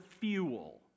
fuel